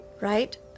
right